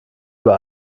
über